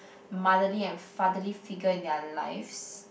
motherly and fatherly figure in their lives